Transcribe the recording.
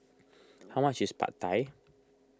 how much is Pad Thai